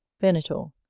venator.